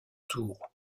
tours